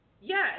Yes